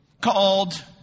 called